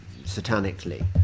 satanically